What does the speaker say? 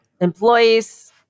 Employees